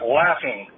laughing